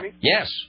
Yes